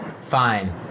Fine